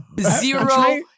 Zero